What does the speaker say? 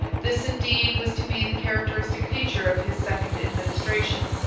this indeed was to be the characteristic feature of his second administration.